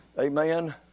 Amen